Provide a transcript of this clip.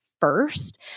first